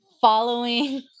following